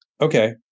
Okay